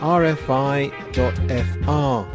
rfi.fr